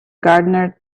gardener